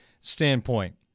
standpoint